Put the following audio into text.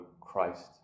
Christ